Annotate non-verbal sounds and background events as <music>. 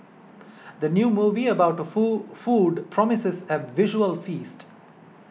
the new movie about <unintelligible> food promises a visual feast